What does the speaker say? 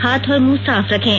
हाथ और मुंह साफ रखें